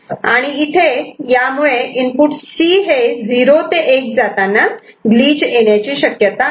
आणि यामुळे इथे इनपुट C हे ' 0 ते 1' जाताना ग्लिच येण्याची शक्यता आहे